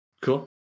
Cool